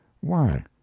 Why